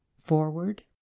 forward